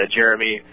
Jeremy